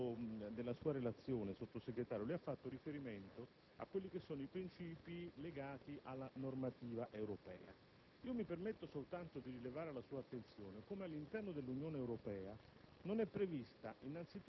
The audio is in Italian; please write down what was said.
Nell'ambito della sua relazione, Sottosegretario, lei ha fatto riferimento a quelli che sono i princìpi legati alla normativa europea. Mi permetto soltanto di rilevare alla sua attenzione come all'interno dell'Unione Europea